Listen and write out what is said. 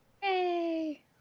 Hey